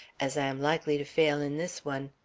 as i am likely to fail in this one.